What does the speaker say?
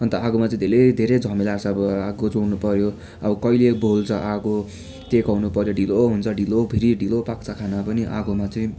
अन्त आगोमा चाहिँ धेरै धेरै झमेला छ अब आगो जोडनु पर्यो अब कहिले बल्छ आगो त्यहीँ टेकाउनु पर्यो ढिलो हुन्छ ढिलो फेरि ढिलो पाक्छ खाना पनि आगोमा चाहिँ